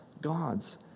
gods